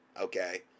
okay